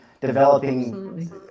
developing